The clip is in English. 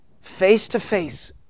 face-to-face